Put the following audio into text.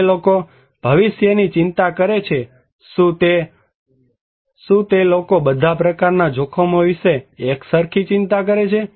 જે લોકો ભવિષ્યની ચિંતા કરે છે શું તે લોકો બધા પ્રકારના જોખમો વિશે એકસરખી ચિંતા કરે છે